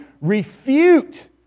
refute